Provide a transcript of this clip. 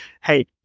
hey